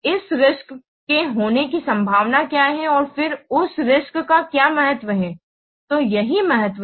इस रिस्क् के होने की संभावना क्या है और फिर उस रिस्क् का क्या महत्व है तो यही महत्व है